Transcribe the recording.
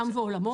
מעם ועולמו.